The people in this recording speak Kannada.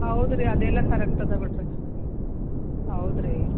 ಹೌದ್ರಿ ಅದೆಲ್ಲ ಕರೆಕ್ಟ್ ಅದ ಬಿಡಿರಿ ಹೌದ್ರಿ